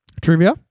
trivia